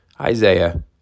Isaiah